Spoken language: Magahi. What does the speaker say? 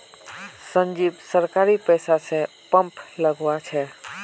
संजीव सरकारी पैसा स पंप लगवा छ